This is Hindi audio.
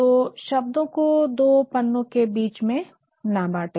तो शब्दों को दो पन्नो के बीच में न बांटे